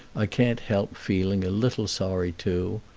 i can't help feeling a little sorry too.